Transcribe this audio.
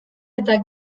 eta